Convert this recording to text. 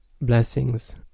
blessings